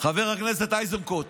חבר הכנסת איזנקוט,